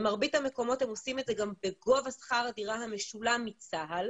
במרבית המקומות הם עושים את זה גם בגובה שכר הדירה המשולם מצה"ל,